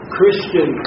Christian